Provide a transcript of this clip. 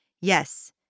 Yes